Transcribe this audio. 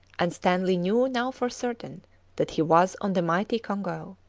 and stanley knew now for certain that he was on the mighty congo.